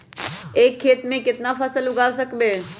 एक खेत मे केतना फसल उगाय सकबै?